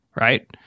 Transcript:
right